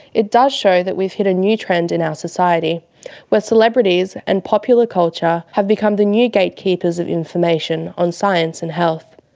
it does show that we've hit a new trend in our society where celebrities and popular culture have become the new gatekeepers of information on science and health.